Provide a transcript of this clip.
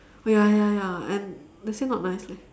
oh ya ya ya and they say not nice leh